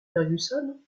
fergusson